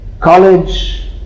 college